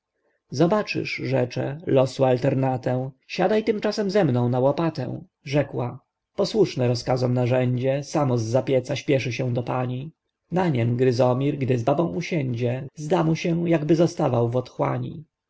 zobaczysz rzecze losu alternatę siadaj tymczasem ze mną na łopatę rzekła posłuszne rozkazom narzędzie samo z zapieca śpieszy się do pani na niem gryzomir gdy z babą usiędzie zda mu się jakby zostawał w otchłani